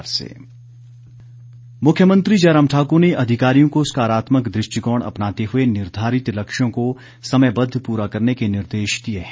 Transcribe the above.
मुख्यमंत्री मुख्यमंत्री जयराम ठाकुर ने अधिकारियों को सकारात्मक दृष्टिकोण अपनाते हुए निर्धारित लक्ष्यों को समयबद्व पूरा करने के निर्देश दिए हैं